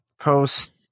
post